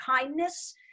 kindness